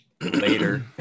later